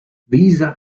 visa